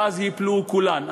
ואז ייפלו כולן.